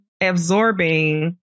absorbing